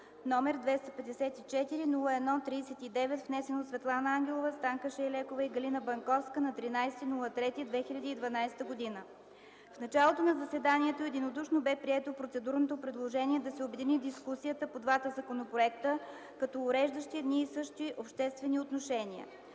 № 254-01-39, внесен от Светлана Ангелова, Станка Шайлекова и Галина Банковска на 13 март 2012 г. В началото на заседанието единодушно бе прието процедурното предложение да се обедини дискусията по двата законопроекта като уреждащи едни и същи обществени отношения.